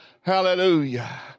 hallelujah